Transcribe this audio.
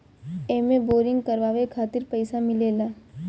एमे बोरिंग करावे खातिर पईसा मिलेला